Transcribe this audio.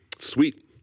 Sweet